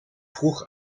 vroeg